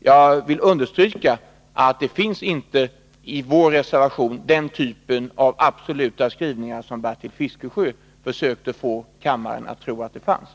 Jag vill understryka att vår reservation inte innehåller sådana absoluta skrivningar som Bertil Fiskesjö försökte få kammarens ledamöter att tro.